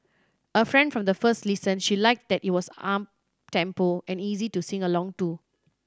a fan from the first listen she liked that it was uptempo and easy to sing along to